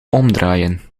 omdraaien